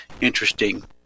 interesting